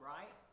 Right